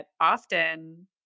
often